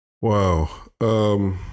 Wow